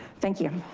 thank you.